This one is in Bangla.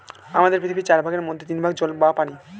আমাদের পৃথিবীর চার ভাগের মধ্যে তিন ভাগ জল বা পানি